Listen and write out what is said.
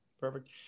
perfect